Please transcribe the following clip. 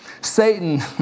Satan